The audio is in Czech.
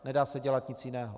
Nedá se dělat nic jiného.